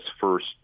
first